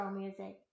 music